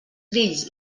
grills